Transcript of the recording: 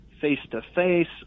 face-to-face